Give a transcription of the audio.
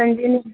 સંજીવની